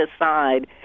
aside